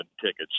tickets